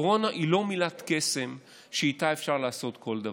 הקורונה היא לא מילה קסם שאיתה אפשר לעשות כל דבר,